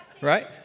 Right